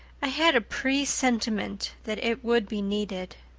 i had a presentiment that it would be needed.